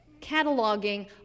cataloging